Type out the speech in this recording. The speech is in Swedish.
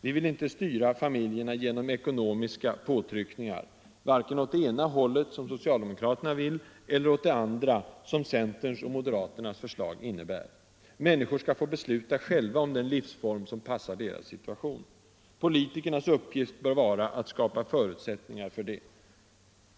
Vi vill inte styra familjerna genom ekonomiska påtryckningar — varken åt det ena hållet, som socialdemokraterna vill, eller åt det andra som centerns och moderaternas förslag innebär. Människorna skall få besluta själva om den livsform som passar deras situation. Politikernas uppgift bör vara att skapa förutsättningarna för detta.